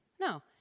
No